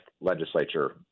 legislature